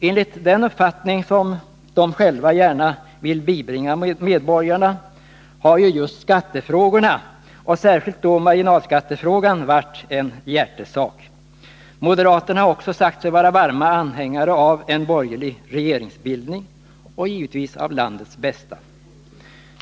Enligt den uppfattning som moderaterna själva gärna vill bibringa medborgarna har ju skattefrågorna och särskilt då marginalskattefrågan varit en hjärtesak för moderata samlingspartiet. Moderaterna har också sagt sig vara varma anhängare av en borgerlig regeringsbildning och givetvis av landets bästa.